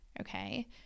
okay